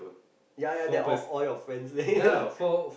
ya ya that off all your friends